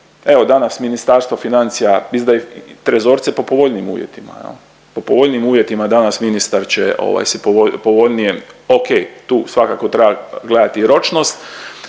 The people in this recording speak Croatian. Evo danas Ministarstvo financija izdaje trezorce po povoljnijim uvjetima, po povoljnijim uvjetima danas ministar će se povoljnije, ok tu svakako treba gledati i ročnost.